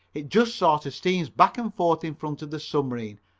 it just sort of steams back and forth in front of the submarine,